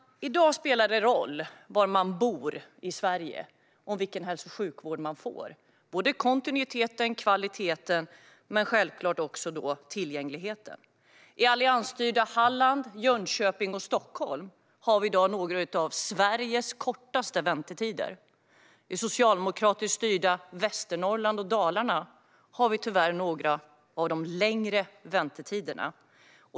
I dag spelar det roll var man bor i Sverige när det gäller vilken hälso och sjukvård man får - både för kontinuiteten och kvaliteten men självfallet också för tillgängligheten. I alliansstyrda Halland, Jönköping och Stockholm har vi i dag några av Sveriges kortaste väntetider. I socialdemokratiskt styrda Västernorrland och Dalarna har vi tyvärr några av de längre väntetiderna.